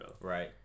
Right